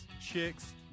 Chicks